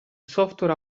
software